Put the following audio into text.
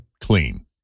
clean